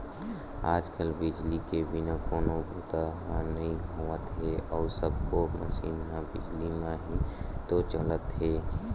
आज कल बिजली के बिना कोनो बूता ह नइ होवत हे अउ सब्बो मसीन ह बिजली म ही तो चलत हे